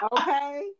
Okay